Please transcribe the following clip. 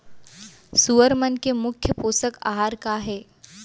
सुअर मन के मुख्य पोसक आहार का हे?